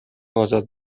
آزاد